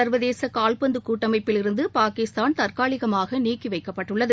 சர்வதேச கால்பந்து கூட்டமைப்பிலிருந்து பாகிஸ்தான் தற்காலிகமாக நீக்கி வைக்கப்பட்டுள்ளது